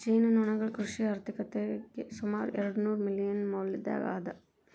ಜೇನುನೊಣಗಳು ಕೃಷಿ ಆರ್ಥಿಕತೆಗೆ ಸುಮಾರು ಎರ್ಡುನೂರು ಮಿಲಿಯನ್ ಮೌಲ್ಯದ್ದಾಗಿ ಅದ